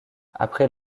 après